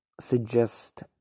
suggest